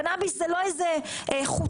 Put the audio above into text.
קנביס זה לא איזה חייזר.